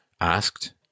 asked